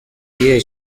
iyihe